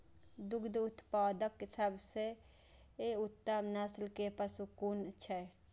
दुग्ध उत्पादक सबसे उत्तम नस्ल के पशु कुन छै?